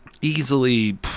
easily